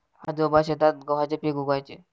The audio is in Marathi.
आजोबा शेतात गव्हाचे पीक उगवयाचे